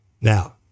Now